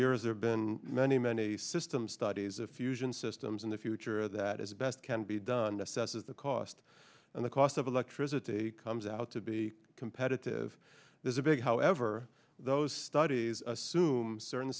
years there been many many systems studies of fusion systems in the future that is the best can be done that says if the cost and the cost of electricity comes out to be competitive there's a big however those studies assume certain